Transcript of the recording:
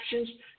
actions